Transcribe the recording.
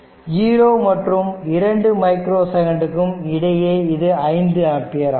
0 மற்றும் 2 மைக்ரோ செகண்ட்டுக்கும் இடையே இது 5 ஆம்பியர் ஆகும்